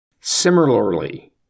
Similarly